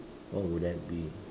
what would that be